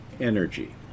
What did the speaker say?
energy